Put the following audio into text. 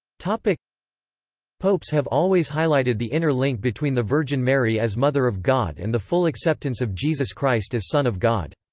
ah popes have always highlighted the inner link between the virgin mary as mother of god and the full acceptance of jesus christ as son of god.